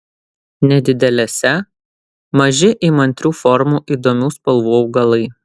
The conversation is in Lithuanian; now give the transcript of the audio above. nedidelėse maži įmantrių formų įdomių spalvų augalai